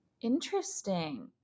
Interesting